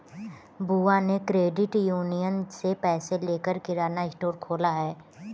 बुआ ने credit union से पैसे लेकर किराना स्टोर खोला है